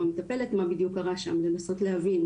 המטפלת על מה בדיוק קרה שם ולנסות להבין,